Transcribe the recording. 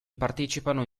partecipano